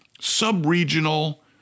sub-regional